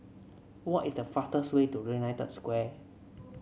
what is the fastest way to United Square